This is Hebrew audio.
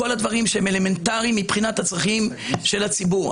כל הדברים האלמנטריים מבחינת הצרכים של הציבור.